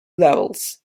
levels